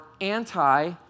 anti